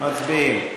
שי פירון,